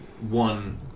one